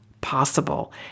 Possible